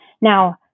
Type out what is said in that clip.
Now